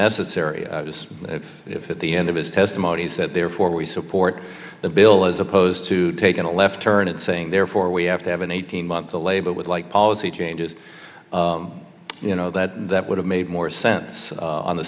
necessary if if at the end of his testimony is that therefore we support the bill as opposed to taking a left turn and saying therefore we have to have an eighteen month alay but with like policy changes you know that that would have made more sense on the